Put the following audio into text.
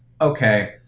okay